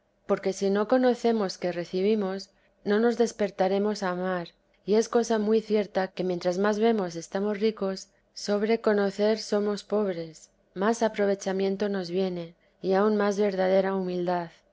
porque si no conocemos que recibimos no nos despertaremos a amar y es cosa muy cierta que mientras más vemos estamos ricos sobre conocer somos pobres más aprovechamiento nos viene y aun más verdadera humildad